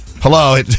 Hello